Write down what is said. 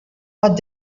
what